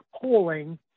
polling